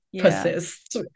persist